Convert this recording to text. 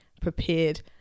prepared